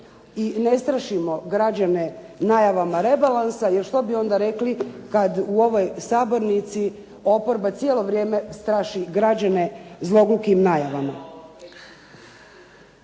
I ne strašimo građane najavama rebalansa, jer što bi onda rekli kad u ovoj sabornici oporba cijelo vrijeme straši građane zlogukim najavama.